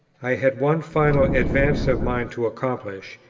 i had one final advance of mind to accomplish,